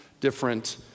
different